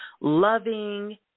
loving